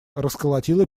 расколотила